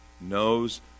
knows